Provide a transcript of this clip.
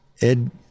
ed